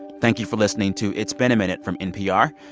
thank you for listening to it's been a minute from npr.